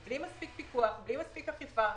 בלי מספיק פיקוח, בלי מספיק אכיפה.